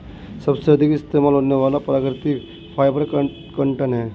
सबसे अधिक इस्तेमाल होने वाला प्राकृतिक फ़ाइबर कॉटन है